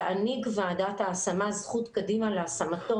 תעניק ועדת ההשמה זכות קדמה להשמתו